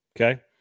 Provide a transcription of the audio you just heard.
Okay